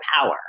power